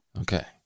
Okay